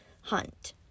hunt